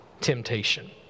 Temptation